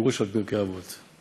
פירוש על פרקי אבות.